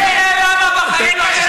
זה מראה למה בחיים לא יהיה לכם,